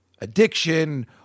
Addiction